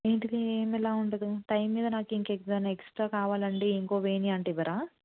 ఏంటిది ఏమి ఎలా ఉండదు టైం మీద నాకు ఎక్స్ట్రా కావాలండీ ఇంకొక వేణీ అంటే ఇవ్వరా